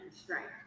strength